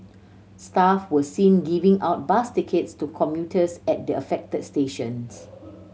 staff were seen giving out bus tickets to commuters at the affected stations